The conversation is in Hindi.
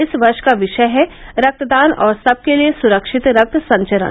इस वर्ष का विषय है रक्त दान और सबके लिए सुरक्षित रक्त संचरण